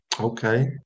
okay